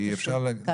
רק